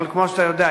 אבל כמו שאתה יודע,